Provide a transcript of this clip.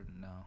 no